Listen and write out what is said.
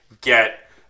get